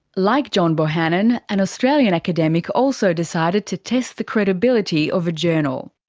like john bohannon, an australian academic also decided to test the credibility of a journal.